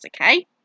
okay